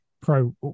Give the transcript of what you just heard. pro